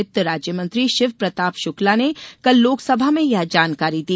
वित्त राज्य मंत्री शिव प्रताप शुक्ला ने कल लोकसभा में यह जानकारी दी